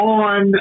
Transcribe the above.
on